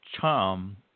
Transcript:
charm